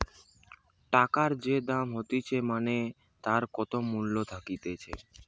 টাকার যে দাম হতিছে মানে তার কত মূল্য থাকতিছে